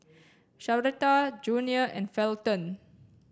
Sharita Junior and Felton